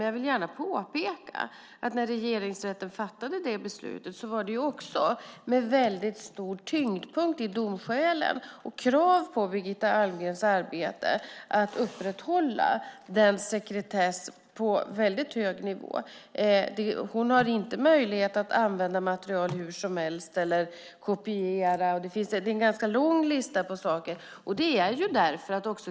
Jag vill gärna påpeka att när Regeringsrätten fattade beslutet var det också med stor tyngdpunkt i domskälen och krav på Birgitta Almgrens arbete att upprätthålla sekretessen på hög nivå. Hon har inte möjlighet att använda material hur som helst eller kopiera. Det är en lång lista av saker.